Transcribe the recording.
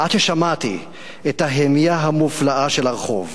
/ עד ששמעתי / את ההמיה המופלאה של הרחוב.